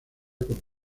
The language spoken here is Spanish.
con